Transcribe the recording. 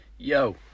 Yo